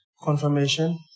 Confirmation